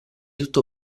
tutto